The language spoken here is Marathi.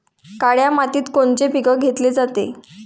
काळ्या मातीत कोनचे पिकं घेतले जाते?